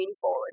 forward